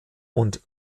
und